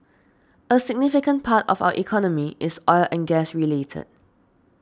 a significant part of our economy is oil and gas related